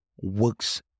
works